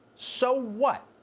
so what?